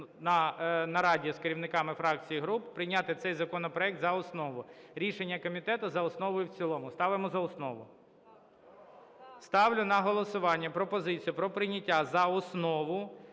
нараді з керівниками фракцій і груп прийняти цей законопроект за основу. Рішення комітету – за основу і в цілому. Ставимо за основу. Ставлю на голосування пропозицію про прийняття за основу